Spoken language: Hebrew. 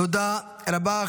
תודה רבה.